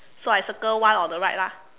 so I circle one on the right lah